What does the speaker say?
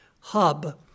hub